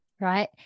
right